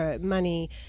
money